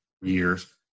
years